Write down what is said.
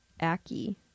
Aki